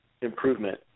improvement